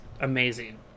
amazing